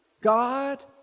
God